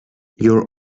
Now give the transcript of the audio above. your